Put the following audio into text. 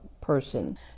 person